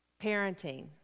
parenting